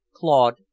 Claude